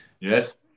Yes